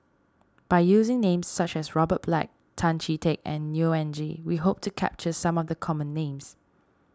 by using names such as Robert Black Tan Chee Teck and Neo Anngee we hope to capture some of the common names